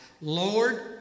Lord